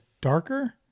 darker